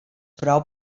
prou